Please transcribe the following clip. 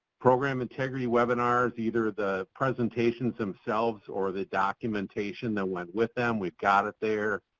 program integrity webinars, either the presentations themselves or the documentation that went with them, we've got it there.